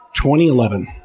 2011